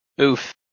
Oof